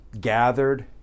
gathered